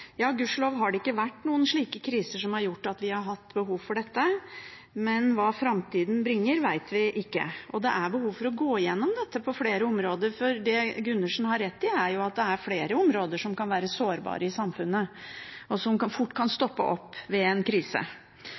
har det ikke vært noen kriser som har gjort at vi har hatt behov for dette, men hva framtida bringer, vet vi ikke. Det er behov for å gå igjennom dette på flere områder, for det Gundersen har rett i, er at det er flere områder som kan være sårbare i samfunnet, og som fort kan stoppe opp ved en krise.